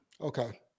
Okay